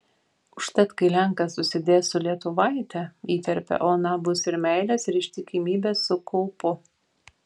užtat kai lenkas susidės su lietuvaite įterpia ona bus ir meilės ir ištikimybės su kaupu